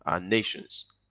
nations